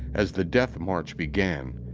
as the death march began,